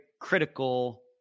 critical